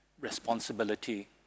responsibility